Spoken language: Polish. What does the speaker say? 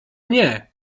nie